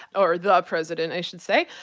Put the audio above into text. or the president i should say.